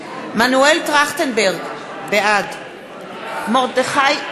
מנואל טרכטנברג, בעד מרדכי,